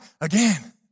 again